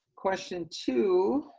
question two,